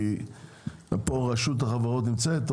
כי פה רשות החברות נמצאת,